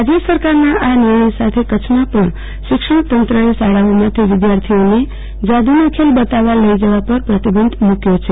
રાજય સરકારના આ નિર્ણય સાથે કચ્છમાં પણ શિક્ષણ તંત્રએ શાળાઓમાંથી વિધાર્થીઓને જાદુના ખેલ બતાવવા લઈ જવા પર પ્રતિબંધ મુક્યો છે